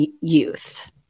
youth